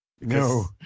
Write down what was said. No